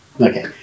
Okay